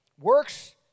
Works